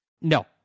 No